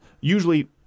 usually